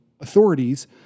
authorities